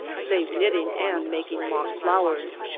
save knitting and making mock flowers.